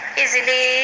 easily